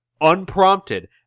unprompted